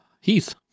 Heath